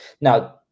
Now